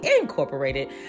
Incorporated